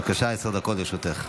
בבקשה, עשר דקות לרשותך.